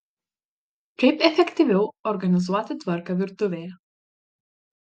kaip efektyviau organizuoti tvarką virtuvėje